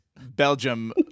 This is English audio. Belgium